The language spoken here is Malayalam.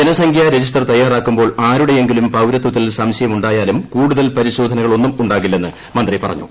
ജനസംഖ്യാ രജിസ്റ്റർ തയ്യാറാക്കുമ്പോൾ ആരുടെയെങ്കിലും പൌരത്വത്തിൽ സംശയമുണ്ടായാലും കൂടുതൽ പരിശോധനകളൊന്നും ഉണ്ടാകില്ലെന്ന് മന്ത്രി പറഞ്ഞു